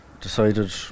decided